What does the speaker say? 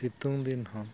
ᱥᱤᱛᱩᱝ ᱫᱤᱱ ᱦᱚᱸ